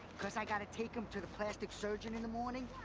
cause i gotta take him to the plastic surgeon in the morning.